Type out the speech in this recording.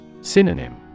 Synonym